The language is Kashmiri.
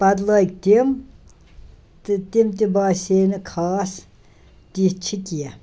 پتہٕ لٲگۍ تِم تہٕ تِم تہِ باسے نہٕ خاص تِتھۍ چھِ کیٚنٛہہ